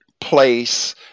place